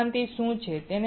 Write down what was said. ઉત્ક્રાંતિ શું છે